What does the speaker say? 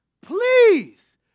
Please